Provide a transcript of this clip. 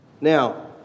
now